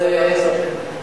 שיהיה בוועדת כספים.